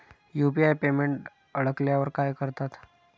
UPI payment अडकल्यावर काय करतात?